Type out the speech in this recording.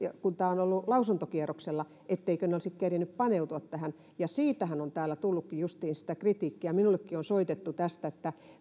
kun tämä on ollut lausuntokierroksella olisi kerenneet paneutua tähän ja siitähän on täällä tullutkin justiin sitä kritiikkiä minullekin on soitettu tästä että